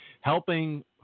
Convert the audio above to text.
helping